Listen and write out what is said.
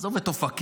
עזוב את אופקים,